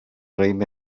raïm